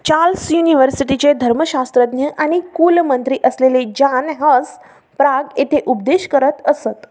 Charles युनिव्हर्सिटीचे धर्मशास्त्रज्ञ आणि कुलमंत्री असलेले जान हस प्राग येथे उपदेश करत असत